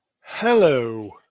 hello